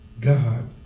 God